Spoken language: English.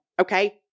okay